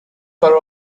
for